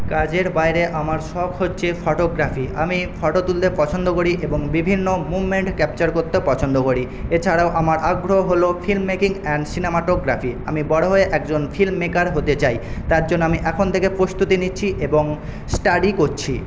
কাজের বাইরে আমার শখ হচ্ছে ফটোগ্রাফি আমি ফটো তুলতে পছন্দ করি এবং বিভিন্ন মুভমেন্ট ক্যাপচার করতে পছন্দ করি এছাড়াও আমার আগ্রহ হল ফিল্ম মেকিং অ্যান্ড সিনেমাটোগ্রাফি আমি বড়ো হয়ে একজন ফিল্মমেকার হতে চাই তার জন্য আমি এখন থেকে প্রস্তুতি নিচ্ছি এবং স্টাডি করছি